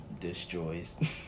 destroys